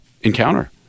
encounter